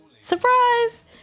Surprise